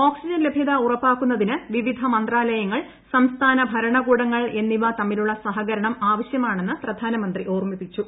oxygen ലഭൃത ഉറപ്പാക്കുന്നതിന് വിവിധ മന്ത്രാലയങ്ങൾ സംസ്ഥാന ഭരണകൂടങ്ങൾ എന്നിവ തമ്മിലുള്ള സഹകരണം ആവശ്യമാണെന്ന് പ്രധാനമന്ത്രി ഓർമ്മിപ്പിച്ചു